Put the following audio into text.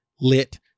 lit